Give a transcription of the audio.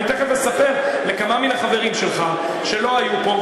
אני תכף אספר לכמה מהחברים שלך שלא היו פה,